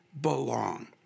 belong